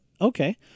Okay